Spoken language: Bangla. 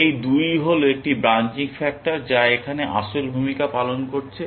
এই 2 হল একটি ব্রানচিং ফ্যাক্টর যা এখানে আসল ভূমিকা পালন করছে